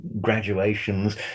graduations